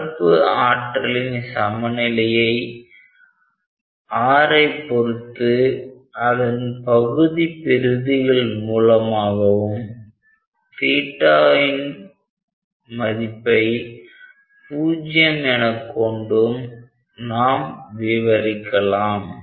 பரப்பு ஆற்றலின் சமநிலையை Rஐ பொறுத்து அதன் பகுதிப்பெறுதிகள் மூலமாகவும் ன் மதிப்பை பூஜ்ஜியம் என கொண்டும் நாம் விவரிக்கலாம்